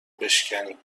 بشکنی